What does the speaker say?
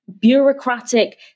bureaucratic